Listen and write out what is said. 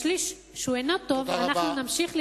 בשליש שהוא אינו טוב נמשיך להילחם,